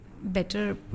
better